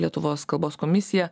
lietuvos kalbos komisija